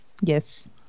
yes